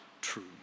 true